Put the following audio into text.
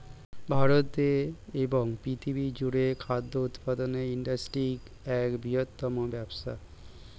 ভারতে এবং পৃথিবী জুড়ে খাদ্য উৎপাদনের ইন্ডাস্ট্রি এক বৃহত্তম ব্যবসা